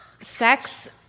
Sex